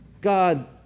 God